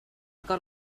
got